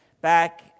back